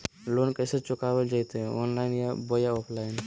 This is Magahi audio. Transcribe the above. लोन कैसे चुकाबल जयते ऑनलाइन बोया ऑफलाइन?